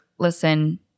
listen